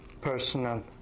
personal